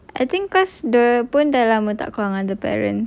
I think cause the pun dalam tak parents